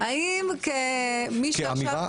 -- כאמירה?